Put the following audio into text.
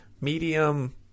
medium